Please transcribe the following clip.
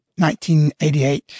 1988